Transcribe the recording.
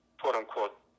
quote-unquote